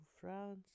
France